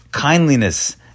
kindliness